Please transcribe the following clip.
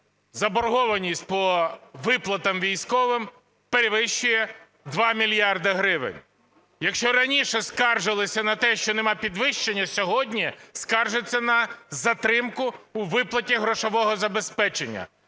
заборгованість по виплатах військовим перевищує 2 мільярди гривень. Якщо раніше скаржилися на те, що нема підвищення, сьогодні скаржаться на затримку у виплаті грошового забезпечення.